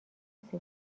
کسی